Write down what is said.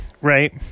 right